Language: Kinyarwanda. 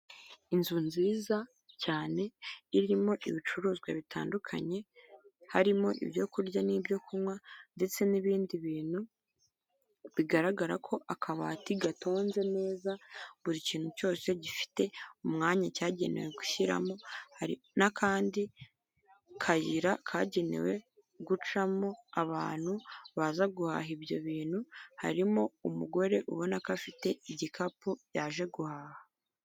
Inzu nziza cyane irimo ibicuruzwa bitandukanye harimo ibyo kurya n'ibyo kunywa ndetse n'ibindi bintu bigaragara ko akabati gatonze neza buri kintu cyose gifite umwanya cyagenewe gushyiramo, hari n'akandi kayira kagenewe gucamo abantu baza guhaha ibyo bintu, harimo umugore ubona ko afite igikapu yaje guhaha.